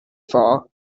far